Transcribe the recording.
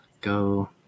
go